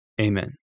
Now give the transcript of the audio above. Amen